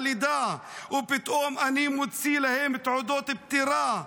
הלידה ופתאום אני מוציא להם תעודות פטירה.